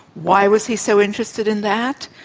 why was he so interested in that?